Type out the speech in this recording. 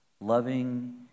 loving